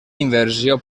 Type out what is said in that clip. inversió